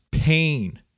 Pain